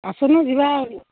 ଆସୁନୁ ଯିବା